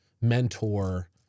mentor